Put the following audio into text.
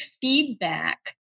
feedback